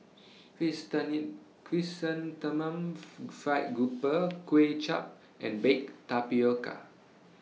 Chrysanthemum Fried Grouper Kway Chap and Baked Tapioca